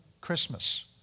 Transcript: Christmas